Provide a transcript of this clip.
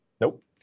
Nope